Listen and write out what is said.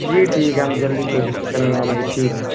جی ٹھیک ہے ہم جلدی کوشش کریں گے آنے کی ٹھیک ہے